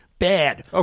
Bad